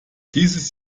dieses